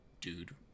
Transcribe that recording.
dude